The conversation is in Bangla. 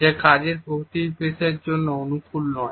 যা কাজের পরিবেশের জন্য অনুকূল নয়